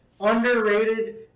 underrated